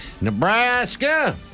Nebraska